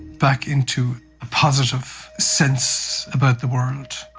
back into a positive sense about the world.